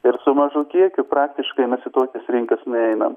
ir su mažu kiekiu praktiškai mes į tokias rinkas nueinam